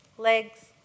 Legs